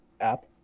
app